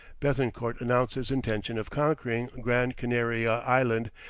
bethencourt announced his intention of conquering gran canaria island,